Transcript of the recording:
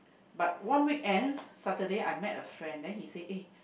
but one weekend Saturday I met a friend then he say eh